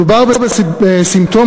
מדובר בסימפטום,